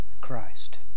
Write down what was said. Christ